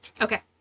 Okay